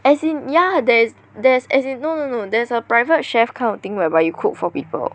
as in ya there's there's as in no no no there's a private chef kind of thing whereby you cook for people